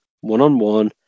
one-on-one